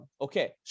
Okay